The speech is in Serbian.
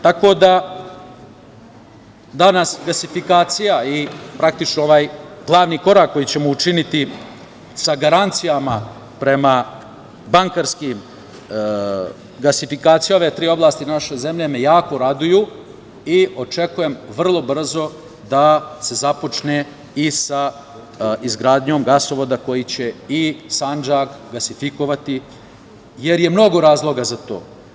Tako da, danas gasifikacija i, praktično, ovaj glavni korak koji ćemo učiniti sa garancijama prema bankarskim, gasifikacija ove tri oblasti naše zemlje me jako raduju i očekujem vrlo brzo da se započne sa izgradnjom gasovoda koji će i Sandžak gasifikovati, jer je mnogo razloga za to.